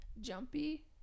jumpy